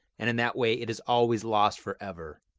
and in that way it is always lost for ever.